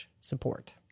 support